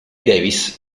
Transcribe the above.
davis